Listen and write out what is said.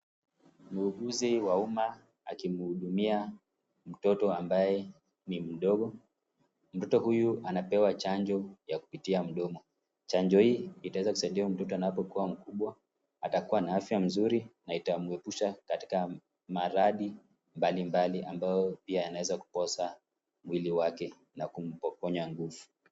Muuguzi wa uma akimhudumia mtoto ambaye ni mdogo. Mtoto huyu anapewa chanjo ya kupitia mdomo. Chanjo hii itaweza kusaidia huyu mtoto anapokuwa mkubwa atakuwa na afya mzuri na itamwepusha katika maradhi mbalimbali ambayo pia yanaweza kuposa mwili wake na kumpokonya nguvu.